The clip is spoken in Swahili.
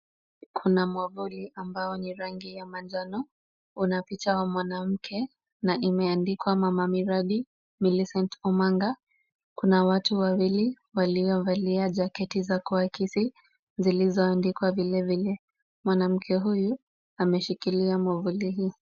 Kuna mwavuli ambao ni rangi ya manjano, una picha wa mwanamke na imeandikwa mama miradi Millicent Omanga. Kuna watu wawili waliovalia jaketi za kuakisi zilizoandikwa vilevile. Mwanamke huyu ameshikilia mwavuli hii.